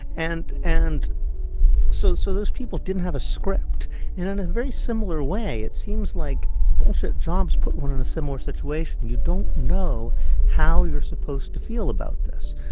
and and so so those people didn't have a script. and in a very similar way, it seems like bull so jobs put one in a similar situation. you don't know how you're supposed to feel about this.